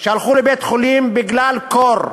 שהלכו לבית-חולים בגלל קור,